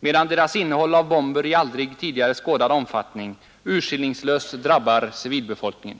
medan deras innehåll av bomber i aldrig tidigare skådad omfattning urskillningslöst drabbar civilbefolkningen.